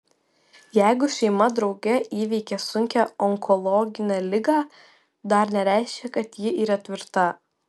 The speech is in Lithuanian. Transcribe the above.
jeigu šeima drauge įveikė sunkią onkologinę ligą dar nereiškia kad ji yra tvirta